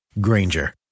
Granger